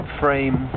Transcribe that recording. frame